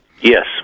Yes